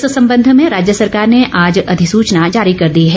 इस संबंध में सरकार ने आज अधिसुचना जारी कर दी है